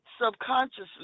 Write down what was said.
subconsciously